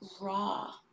raw